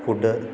food